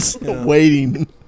waiting